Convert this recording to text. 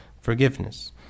forgiveness